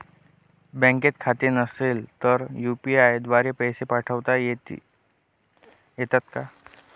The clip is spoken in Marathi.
बँकेत खाते नसेल तर यू.पी.आय द्वारे पैसे पाठवता येतात का?